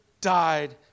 died